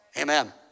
amen